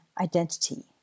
identity